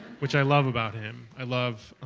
which i love about him. i love